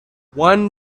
one